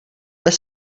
bez